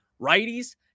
righties